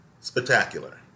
spectacular